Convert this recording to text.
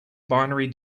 binary